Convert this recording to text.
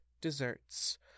desserts